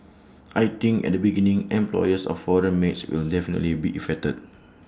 I think at the beginning employers of foreign maids will definitely be affected